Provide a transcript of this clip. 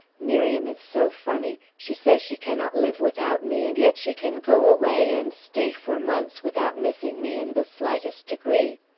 miriam is so funny! she says she cannot live without me, and yet she can go away, and stay for months without missing me in the slightest degree.